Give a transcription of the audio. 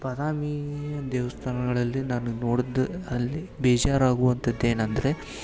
ಬಾದಾಮಿ ದೇವ್ಸ್ಥಾನಗಳಲ್ಲಿ ನಾನು ನೋಡಿದ್ದು ಅಲ್ಲಿ ಬೇಜಾರಾಗುವಂಥದ್ದು ಏನಂದರೆ